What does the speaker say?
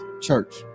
Church